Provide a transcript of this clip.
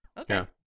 Okay